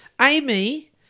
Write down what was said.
Amy